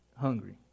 hungry